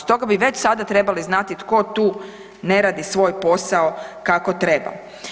Stoga bi već sada trebali znati tko tu ne radi svoj posao kako treba.